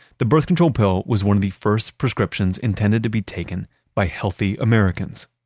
the birth control pill was one of the first prescriptions intended to be taken by healthy americans.